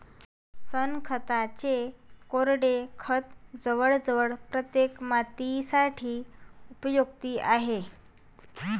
शेणखताचे कोरडे खत जवळजवळ प्रत्येक मातीसाठी उपयुक्त आहे